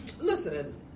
Listen